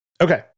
Okay